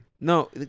No